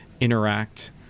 interact